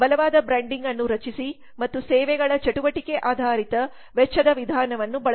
ಬಲವಾದ ಬ್ರ್ಯಾಂಡಿಂಗ್ ಅನ್ನು ರಚಿಸಿ ಮತ್ತು ಸೇವೆಗಳ ಚಟುವಟಿಕೆ ಆಧಾರಿತ ವೆಚ್ಚದ ವಿಧಾನವನ್ನು ಬಳಸಿ